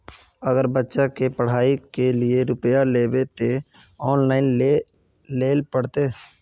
अगर बच्चा के पढ़ाई के लिये रुपया लेबे ते ऑनलाइन लेल पड़ते?